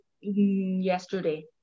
yesterday